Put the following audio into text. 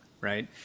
right